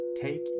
take